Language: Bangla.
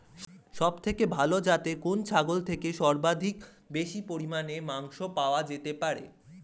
সবচেয়ে ভালো যাতে কোন ছাগল থেকে সর্বাধিক বেশি পরিমাণে মাংস পাওয়া যেতে পারে?